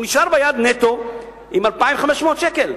הוא נשאר ביד נטו עם 2,500 שקל,